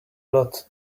lot